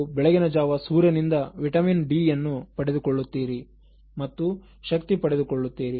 ನೀವು ಬೆಳಗಿನ ಜಾವ ಸೂರ್ಯನಿಂದ ವಿಟಮಿನ್ ಡಿ ಅನ್ನು ಪಡೆದುಕೊಳ್ಳುತ್ತೀರಿ ಮತ್ತು ಶಕ್ತಿಪಡೆದುಕೊಳ್ಳುತ್ತೀರಿ